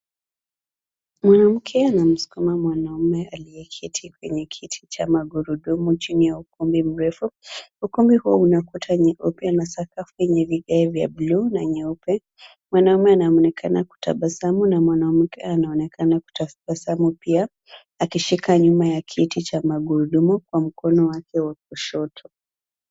Mwanamke anamsukuma mwanaume aliyeketi kwenye kiti cha magurudumu chini ya ukumbi mrefu. Ukumbi huo una kuta nyeupe na sakafu yenye vigae vya buluu na nyeupe. Mwanaume anaonekana kutabasamu na mwanamke anaonekana kutabasamu pia akishika nyuma ya kiti cha magurudumu kwa mkono wake wa kushoto.